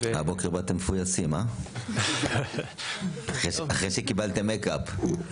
הבוקר באתם מפויסים, אחרי שקיבלתם מייק-אפ.